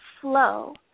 flow